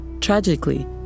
Tragically